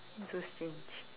so strange